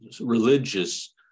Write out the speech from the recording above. religious